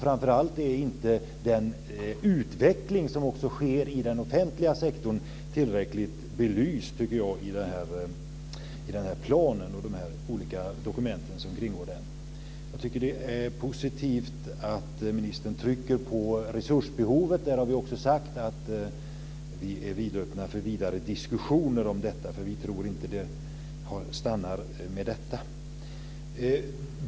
Framför allt är inte den utveckling som också sker i den offentliga sektorn tillräckligt belyst i den här planen och de olika dokument som den bygger på. Det är positivt att ministern trycker på resursbehovet. Där har vi också sagt att vi är vidöppna för vidare diskussioner om detta, för vi tror inte att det stannar med det.